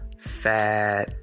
fat